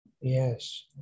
Yes